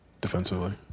defensively